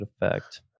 effect